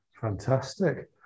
Fantastic